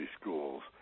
schools